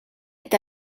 est